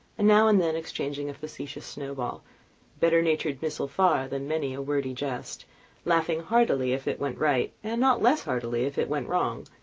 and now and then exchanging a facetious snowball better-natured missile far than many a wordy jest laughing heartily if it went right and not less heartily if it went wrong.